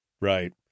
Right